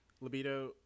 Libido